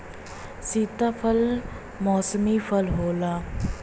सीताफल मौसमी फल होला